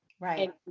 Right